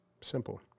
simple